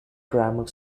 grammar